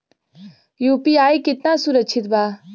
UPI कितना सुरक्षित बा?